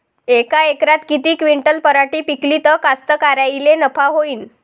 यका एकरात किती क्विंटल पराटी पिकली त कास्तकाराइले नफा होईन?